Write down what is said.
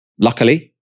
Luckily